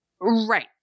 Right